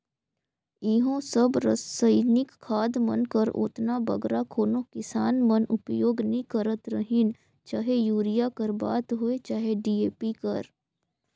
इहों सब रसइनिक खाद मन कर ओतना बगरा कोनो किसान मन उपियोग नी करत रहिन चहे यूरिया कर बात होए चहे डी.ए.पी कर